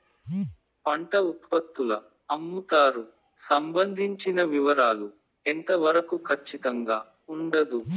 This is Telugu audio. పంట ఉత్పత్తుల అమ్ముతారు సంబంధించిన వివరాలు ఎంత వరకు ఖచ్చితంగా ఉండదు?